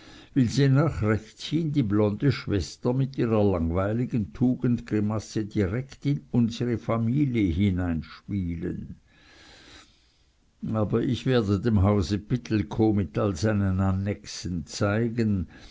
will sie nach rechts hin die blonde schwester mit ihrer langweiligen tugendgrimasse direkt in unsere familie hineinspielen aber ich werde dem hause pittelkow mit all seinen annexen zeigen